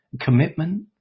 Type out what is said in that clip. commitment